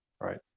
right